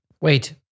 Wait